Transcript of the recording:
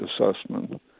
assessment